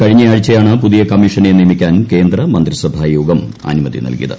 കഴിഞ്ഞ ആഴ്ചയാണ് പുതിയ കമ്മിഷനെ നിയമിക്കാൻ കേന്ദ്ര മന്ത്രിസഭായോഗം അനുമതി നൽകിയത്